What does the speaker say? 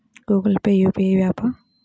Google Pay UPI య్యాపా?